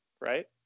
right